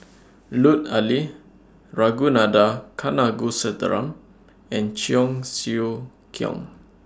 Lut Ali Ragunathar Kanagasuntheram and Cheong Siew Keong